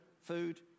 food